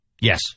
Yes